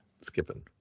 Skipping